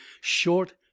short